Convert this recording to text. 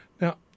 Now